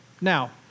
Now